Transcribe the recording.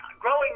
growing